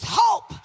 hope